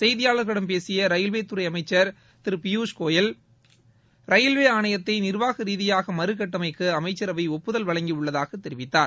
செய்தியாளர்களிடம் பேசிய ரயில்வேத்துறை அமைச்சர் திரு பியூஷ்கோயல் ரயில்வே ஆணையத்தை நிர்வாகரீதியாக மறுகட்டமைக்க அமைச்சரவை ஒப்புதல் வழங்கியுள்ளதாக தெரிவித்தார்